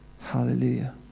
Hallelujah